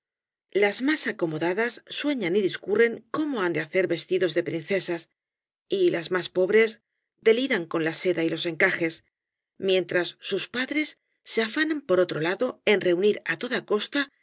las más acomodadas sueñan y discurren cómo han de hacer vestidos de princesas y las más pobres deliran con la seda y los encajes mientras sus padres se afanan por otro lado en reunir á toda costa